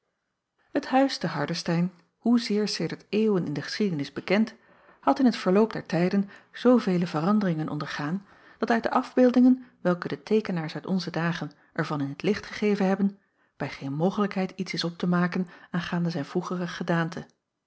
het huis te hardestein hoezeer sedert eeuwen in de geschiedenis bekend had in het verloop der tijden zoovele veranderingen ondergaan dat uit de afbeeldingen welke de teekenaars uit onze dagen er van in t licht gegeven hebben bij geen mogelijkheid iets is op te maken aangaande zijn vroegere gedaante